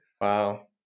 Wow